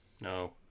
no